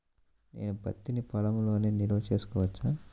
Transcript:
నేను పత్తి నీ పొలంలోనే నిల్వ చేసుకోవచ్చా?